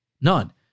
none